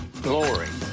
glory,